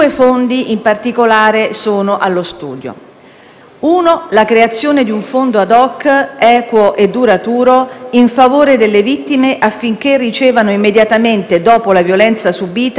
in primo luogo un fondo *ad hoc*, equo e duraturo, in favore delle vittime affinché ricevano, immediatamente dopo la violenza subita, un effettivo sostegno economico.